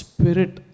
Spirit